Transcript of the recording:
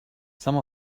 some